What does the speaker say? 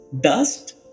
dust